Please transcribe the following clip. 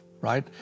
right